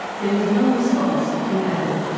there was no response from apple.